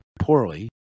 poorly